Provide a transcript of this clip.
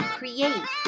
create